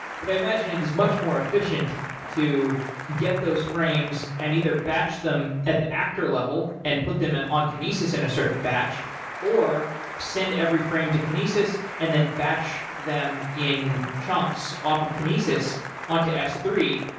but i imagine it is much more efficient to get those frames and either batch them at the actor level and put them and on kinesis in a certain batch or send every frame to kinesis and then batch them in chunks off of kinesis on to s three.